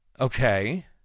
Okay